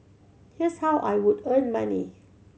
here's how I would earn money